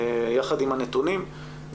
יחד עם הנתונים,